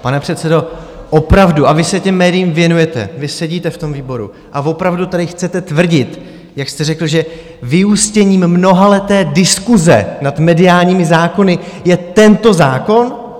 Pane předsedo, opravdu, a vy se těm médiím věnujete, vy sedíte v tom výboru, a opravdu tady chcete tvrdit, jak jste řekl, že vyústěním mnohaleté diskuse nad mediálními zákony je tento zákon?